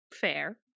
Fair